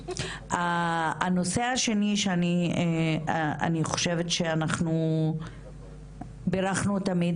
הנושא השני שאני חושבת שאנחנו בירכנו תמיד